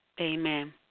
Amen